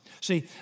See